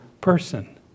person